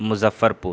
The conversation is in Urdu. مظفر پور